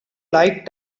light